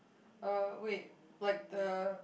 uh wait like the